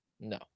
No